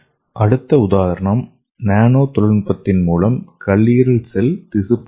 அடுத்த உதாரணம் நானோ தொழில்நுட்பத்தின் மூலம் கல்லீரல் செல் திசு பொறியியல்